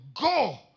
Go